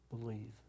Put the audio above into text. Believe